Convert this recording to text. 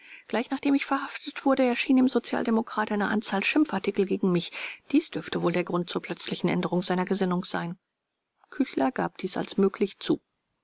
gleich nachdem ich verhaftet wurde erschienen im sozial demokrat eine anzahl schimpfartikel gegen mich dies dürfte wohl mit der grund zur plötzlichen änderung seiner gesinnung sein küchler gab dies als möglich zu